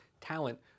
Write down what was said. talent